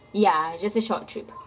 ya it's just a short trip